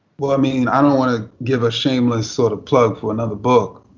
well, i mean, i don't want to give a shameless sort of plug for another book,